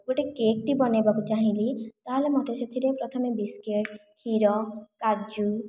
ଗୋଟେ କେକ୍ଟି ବନାଇବାକୁ ଚାହିଁବି ତା'ହେଲେ ମୋତେ ସେଥିରେ ପ୍ରଥମେ ବିସ୍କୁଟ କ୍ଷୀର କାଜୁ